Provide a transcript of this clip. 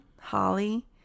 Holly